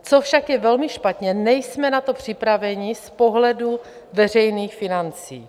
Co však je velmi špatně, nejsme na to připraveni z pohledu veřejných financí.